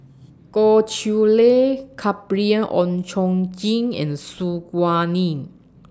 Goh Chiew Lye Gabriel Oon Chong Jin and Su Guaning